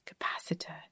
capacitor